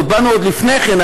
באנו עוד לפני כן,